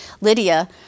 Lydia